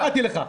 לא הפרעתי לך.